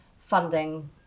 funding